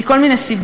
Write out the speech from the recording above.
מכל מיני סיבות,